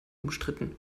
umstritten